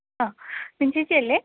ആ മിനി ചേച്ചിയല്ലേ